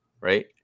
right